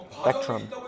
spectrum